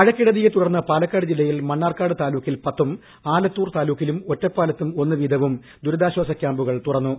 മഴക്കെടുതിയെ തുടർന്ന് പാലക്കാട് ജില്ലയിൽ മണ്ണാർക്കാട് താലൂക്കിൽ പത്തും ആലത്തൂർ താലൂക്കിലും ഒറ്റപ്പാലത്തും ഒന്ന് വീതവും ദുരിതാശ്വാസ കൃാമ്പുകൾ തുറന്നു